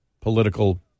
political